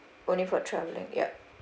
only for travelling yup